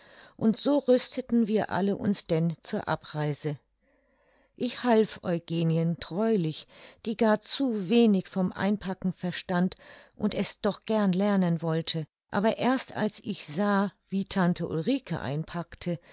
und so rüsteten wir alle uns denn zur abreise ich half eugenien treulich die gar zu wenig vom einpacken verstand und es doch gern lernen wollte aber erst als ich sah wie tante ulrike einpackte